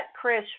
Chris